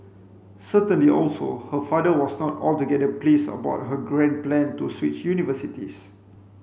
certainly also her father was not altogether pleased about her grand plan to switch universities